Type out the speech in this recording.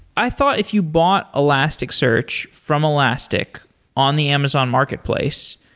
i thought if you bought elasticsearch from elastic on the amazon marketplace,